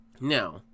Now